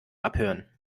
abhören